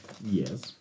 Yes